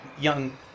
Young